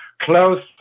close